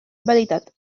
veritat